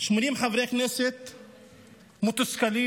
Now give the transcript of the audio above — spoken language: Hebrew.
80 חברי כנסת מתוסכלים,